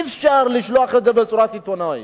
אי-אפשר לשלוח בצורה סיטונית.